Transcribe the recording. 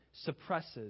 suppresses